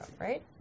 right